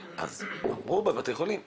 הם לא יודעים מה קורה עם הבן.